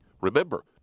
Remember